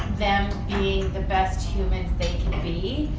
them being the best humans they can be,